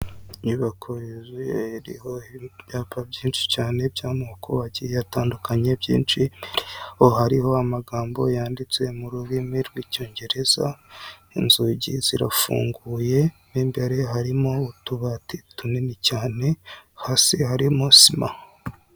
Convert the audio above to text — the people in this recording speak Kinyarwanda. Inyubako yuzuye iriho ibyapa byinshi cyane by'amoko agiye atandukanye byinshi, imbere yaho hariho amagambo yanditse mu rurimi rw'icyongereza, inzugi zirafunguye, mo imbere harimo utubati tunini cyane hasi harimo sima.